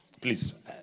please